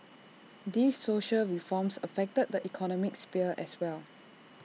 these social reforms affect the economic sphere as well